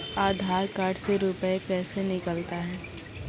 आधार कार्ड से रुपये कैसे निकलता हैं?